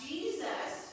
Jesus